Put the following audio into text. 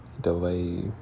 delay